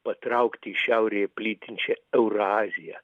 patraukt į šiaurėje plytinčią euraziją